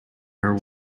her